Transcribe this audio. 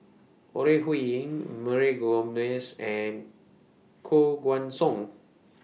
Ore Huiying Mary Gomes and Koh Guan Song